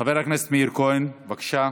חבר הכנסת מאיר כהן, בבקשה.